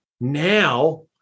now